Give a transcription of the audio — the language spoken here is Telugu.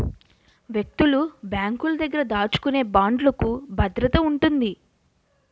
వ్యక్తులు బ్యాంకుల దగ్గర దాచుకునే బాండ్లుకు భద్రత ఉంటుంది